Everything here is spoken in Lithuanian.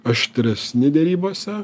aštresni derybose